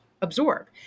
absorb